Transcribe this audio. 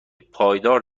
پایدار